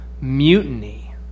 mutiny